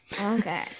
Okay